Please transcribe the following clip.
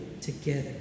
together